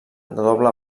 doble